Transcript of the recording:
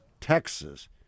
Texas